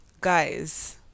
Guys